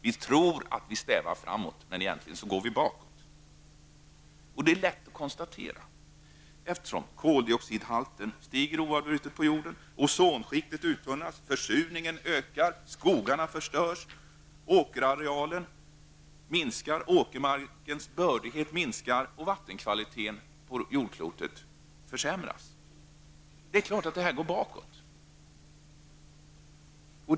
Vi tror att vi strävar framåt, men egentligen går vi bakåt. Det är lätt att konstatera. Koldioxidhalten på jorden stiger oavbrutet. Försurningen ökar. Skogarna förstörs, både åkerarealen och åkermarkens bördighet minskar. Vattenkvaliteten på jordklotet försämras. Det är klart att det går bakåt.